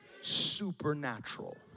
supernatural